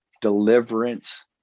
deliverance